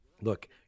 Look